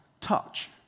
touch